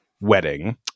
wedding